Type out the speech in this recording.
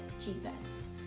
jesus